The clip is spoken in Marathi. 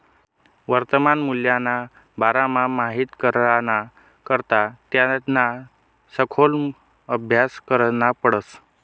वर्तमान मूल्यना बारामा माहित कराना करता त्याना सखोल आभ्यास करना पडस